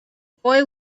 boy